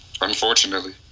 Unfortunately